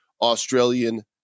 Australian